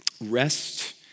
Rest